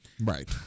Right